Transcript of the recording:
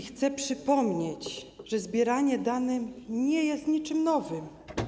Chcę przypomnieć, że zbieranie danych nie jest niczym nowym.